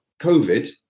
COVID